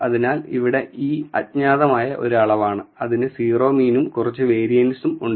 അതിനാൽ ഇവിടെ ε അജ്ഞാതമായ ഒരു അളവ് ആണ് അതിനു സീറോ മീനും കുറച്ചു വേരിയൻസും ഉണ്ട്